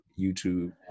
YouTube